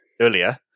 earlier